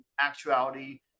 actuality